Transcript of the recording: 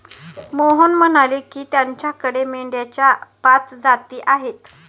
मोहन म्हणाले की, त्याच्याकडे मेंढ्यांच्या पाच जाती आहेत